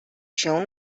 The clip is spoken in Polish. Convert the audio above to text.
się